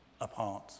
apart